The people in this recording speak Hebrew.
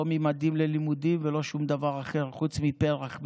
לא ממדים ללימודים ולא שום דבר אחר חוץ מפר"ח.